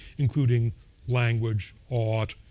including language, art,